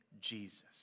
Jesus